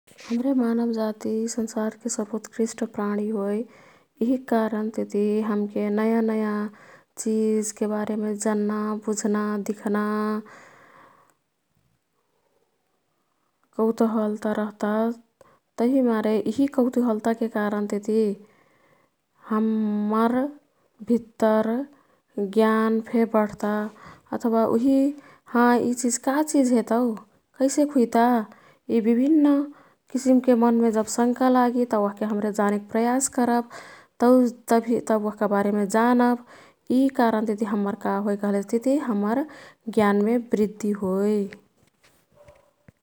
हाम्रे मानव जाति संसारके सर्वोतकृष्ट प्राणी होई। यिहिक कारनतिती नयाँ नयाँ चिजके बारेमे जन्ना, बुझ्ना, दिख्ना कौतुहल्ता रह्ता। तभिमारे यिही कौतुहल्ताके कारनतिती हम्मर भित्तर ज्ञानफे बढ्ता अथवा उही ,हाँ यी चिज का चिजहे तौ, कैसेक हुइता यी विभिन्न किसिमके मन् मे जब शंका लागि तौ ओह्के हाम्रे जानेक प्रयास करब। तब ओह्का बारेमे जानब यी कारनतिती हम्मर का होई कह्लेतिती, हम्मर ज्ञानमे वृद्धि होई।